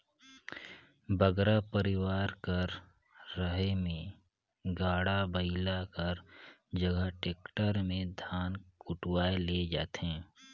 बगरा परिवार कर रहें में गाड़ा बइला कर जगहा टेक्टर में धान कुटवाए ले जाथें